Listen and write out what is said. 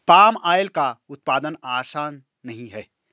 palm oil का उत्पादन आसान नहीं है